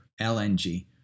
LNG